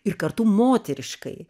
ir kartu moteriškai